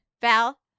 Val